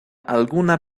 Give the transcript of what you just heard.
alguna